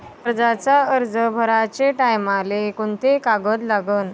कर्जाचा अर्ज भराचे टायमाले कोंते कागद लागन?